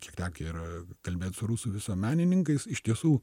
kiek tekę yra kalbėt su rusų visuomenininkais iš tiesų